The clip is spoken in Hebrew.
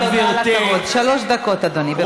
שלוש דקות, אדוני.